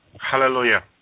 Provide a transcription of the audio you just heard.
hallelujah